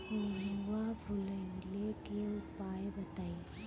नेनुआ फुलईले के उपाय बताईं?